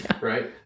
right